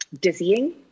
dizzying